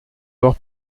l’or